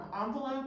envelope